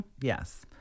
Yes